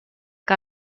que